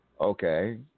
Okay